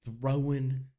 throwing